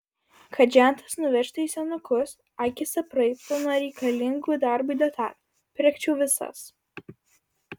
kad žentas nuvežtų į senukus akys apraibtų nuo reikalingų darbui detalių pirkčiau visas